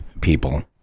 people